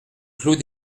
clos